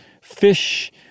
fish